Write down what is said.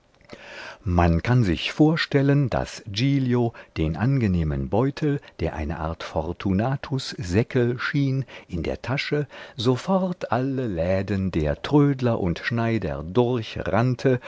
man kann sich vorstellen daß giglio den angenehmen beutel der eine art fortunatussäckel schien in der tasche sofort alle läden der trödler und schneider